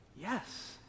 Yes